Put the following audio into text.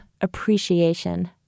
appreciation